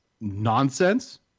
Nonsense